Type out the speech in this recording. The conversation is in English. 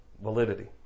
validity